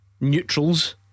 neutrals